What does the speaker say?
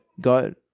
god